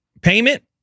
payment